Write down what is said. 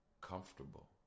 Comfortable